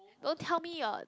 don't tell me your